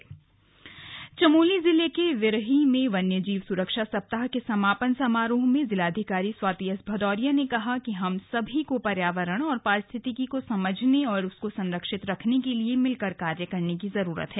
slug वन्य जीव सुरक्षा सप्ताह चमोली जिले के विरही में वन्य जीव सुरक्षा सप्ताह के समापन समारोह में जिलाधिकारी स्वाति एस भदौरिया ने कहा हम सभी को पर्यावरण और पारिस्थितिकी को समझने और उसको संरक्षित रखने के लिए मिलकर कार्य करने की जरूरत है